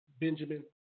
Benjamin